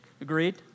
Agreed